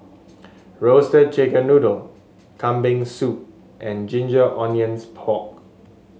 Roasted Chicken Noodle Kambing Soup and Ginger Onions Pork